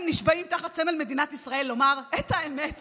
נשבעים תחת סמל מדינת ישראל לומר את האמת